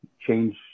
change